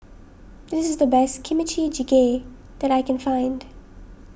this is the best Kimchi Jjigae that I can find